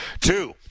Two